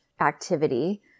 activity